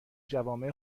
جوامع